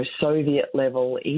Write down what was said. Soviet-level